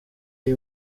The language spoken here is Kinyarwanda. iyi